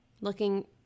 looking